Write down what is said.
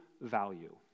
value